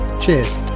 cheers